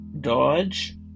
Dodge